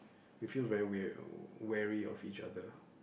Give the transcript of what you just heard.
we feel very weird wary of each other